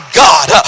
god